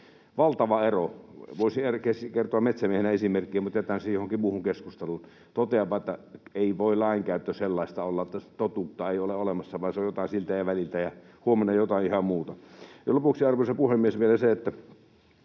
valtava ero. Voisin kertoa metsämiehenä esimerkkejä, mutta jätän sen johonkin muuhun keskusteluun. Totean vain, että ei voi lainkäyttö sellaista olla, että totuutta ei ole olemassa, vaan se on jotain siltä ja väliltä ja huomenna jotain ihan muuta. Arvoisa puhemies! Lopuksi vielä se, että